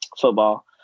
football